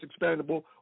expandable